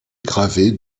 gravées